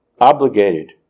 obligated